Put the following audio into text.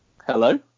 Hello